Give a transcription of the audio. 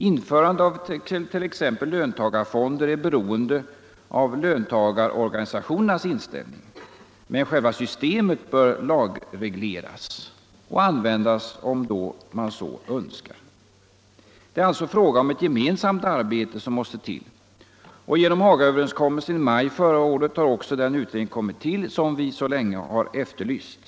Införande av t.ex. löntagarfonder är beroende av löntagarorganisationernas inställning, men själva systemet bör lagregleras och användas om man så önskar. Ett gemensamt arbete måste alltså till, och genom Hagaöverenskommelsen i maj förra året har också den utredning kommit till som vi så länge har efterlyst.